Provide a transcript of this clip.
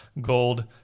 Gold